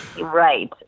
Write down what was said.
Right